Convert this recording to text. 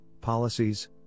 policies